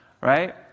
right